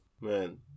man